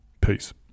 Peace